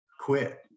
quit